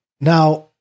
Now